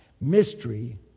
Mystery